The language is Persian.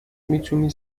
میتونی